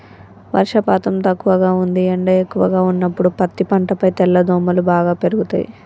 వర్షపాతం తక్కువగా ఉంది ఎండ ఎక్కువగా ఉన్నప్పుడు పత్తి పంటపై తెల్లదోమలు బాగా పెరుగుతయి